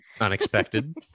unexpected